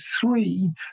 three